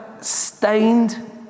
stained